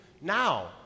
now